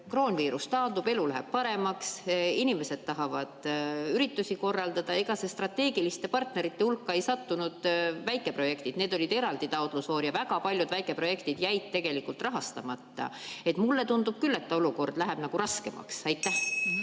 kroonviirus taandub, elu läheb paremaks, inimesed tahavad üritusi korraldada. Ega strateegiliste partnerite hulka ei sattunud väikeprojektid, neil oli eraldi taotlusvoor, ja väga paljud väikeprojektid jäid tegelikult rahastamata. Mulle tundub küll, et olukord läheb raskemaks. Aitäh!